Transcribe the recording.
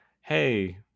hey